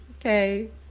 Okay